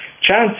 Chance